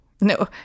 No